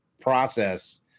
process